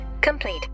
complete